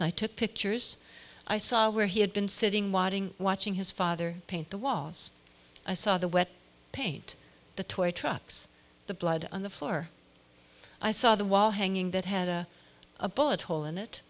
and i took pictures i saw where he had been sitting watching watching his father paint the walls i saw the wet paint the toy trucks the blood on the floor i saw the wall hanging that had a bullet hole in it